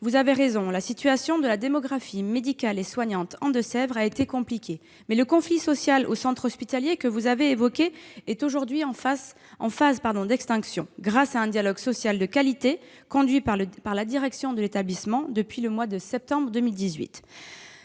Vous avez raison, la situation de la démographie médicale et soignante dans le département des Deux-Sèvres a été compliquée, mais le conflit social au centre hospitalier, que vous évoquez, est aujourd'hui en phase d'extinction, grâce à un dialogue social de qualité conduit par la direction de l'établissement depuis le mois de septembre 2018.